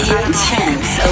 intense